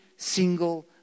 single